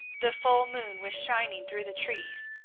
the full moon was shining through the trees,